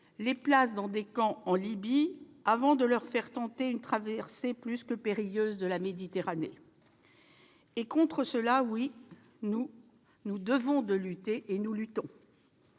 les placent dans des camps en Libye, avant de leur faire tenter une traversée plus que périlleuse de la Méditerranée. Contre cela, oui, nous nous devons de lutter, et nous luttons.